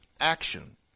action